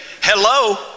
hello